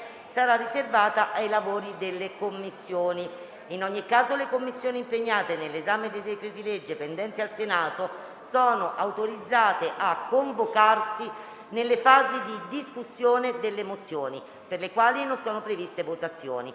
sarà riservata ai lavori delle Commissioni. In ogni caso, le Commissioni impegnate nell'esame dei decreti-legge pendenti al Senato sono autorizzate a convocarsi nelle fasi di discussione delle mozioni per le quali non sono previste votazioni.